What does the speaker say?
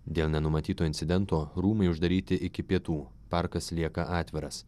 dėl nenumatyto incidento rūmai uždaryti iki pietų parkas lieka atviras